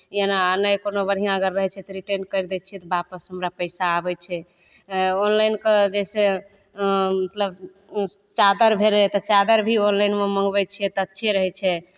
एना नहि कोनो बढ़िआँ अगर रहै छै तऽ रिटर्न करि दै छियै तऽ वापस हमरा पैसा आबै छै ऑनलाइनके जैसे मतलब ओ चादर भेलै तऽ चादर भी ओनलानमे मङ्गबै छियै तऽ अच्छे रहै छै